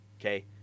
okay